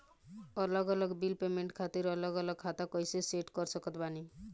अलग अलग bill payment खातिर अलग अलग खाता कइसे सेट कर सकत बानी?